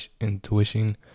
intuition